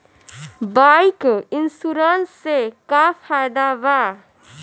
Bike insurance से का फायदा बा?